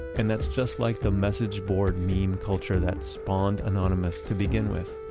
and that's just like the message board meme culture that spawned anonymous to begin with.